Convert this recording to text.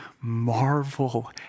Marvel